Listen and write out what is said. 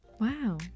wow